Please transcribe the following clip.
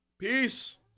Peace